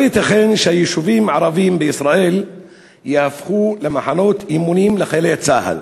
לא ייתכן שיישובים ערביים בישראל יהפכו למחנות אימונים לחיילי צה"ל.